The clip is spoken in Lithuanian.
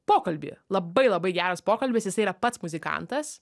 pokalbį labai labai geras pokalbis jisai yra pats muzikantas